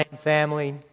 family